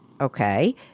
okay